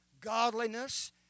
godliness